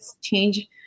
change